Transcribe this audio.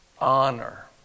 honor